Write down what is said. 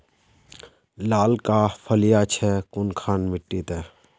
लालका फलिया छै कुनखान मिट्टी त?